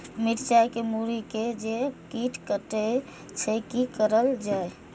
मिरचाय के मुरी के जे कीट कटे छे की करल जाय?